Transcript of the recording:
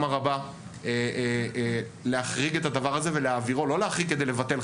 הרבה להחריג את הדבר הזה לא להחריג כדי לבטל,